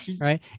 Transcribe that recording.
right